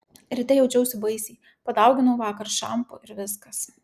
ryte jaučiausi baisiai padauginau vakar šampo ir viskas